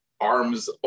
arms